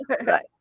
right